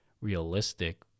realistic